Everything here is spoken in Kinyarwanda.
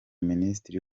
minisitiri